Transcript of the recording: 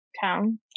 town